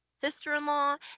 sister-in-law